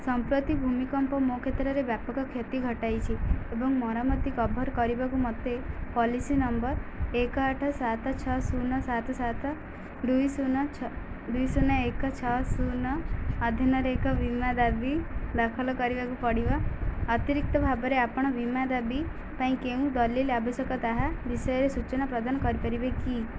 ସମ୍ପତି ଭୂମିକମ୍ପ ମୋ କ୍ଷେତ୍ରରେ ବ୍ୟାପକ କ୍ଷତି ଘଟାଇଛି ଏବଂ ମରାମତି କଭର୍ କରିବାକୁ ମୋତେ ପଲିସି ନମ୍ବର୍ ଏକ ଆଠ ସାତ ଛଅ ଶୂନ ସାତ ସାତ ଦୁଇ ଶୂନ ଛ ଦୁଇ ଶୂନ ଏକ ଛଅ ଶୂନ ଅଧୀନରେ ଏକ ବୀମା ଦାବି ଦାଖଲ କରିବାକୁ ପଡ଼ିବ ଅତିରିକ୍ତ ଭାବରେ ଆପଣ ବୀମା ଦାବି ପାଇଁ କେଉଁ ଦଲିଲ ଆବଶ୍ୟକ ତାହା ବିଷୟରେ ସୂଚନା ପ୍ରଦାନ କରିପାରିବେ କି